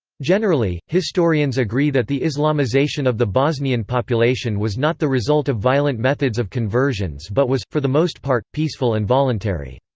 generally, historians agree that the islamization of the bosnian population was not the result of violent methods of conversions but was, for the most part, peaceful and voluntary.